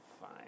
fine